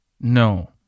No